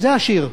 זה השיר.